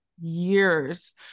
years